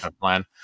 plan